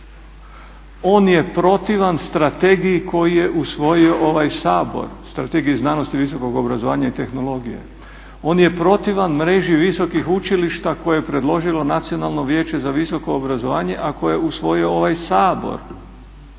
on je protivan strategiji koju je usvojio ovaj Sabor, Strategiji znanosti, visokog obrazovanja i tehnologije. On je protivan mreži visokih učilišta koje je predložilo Nacionalno vijeće za visoko obrazovanje a koje je usvojio ovaj Sabor.